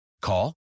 Call